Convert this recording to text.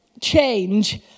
change